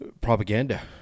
Propaganda